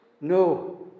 No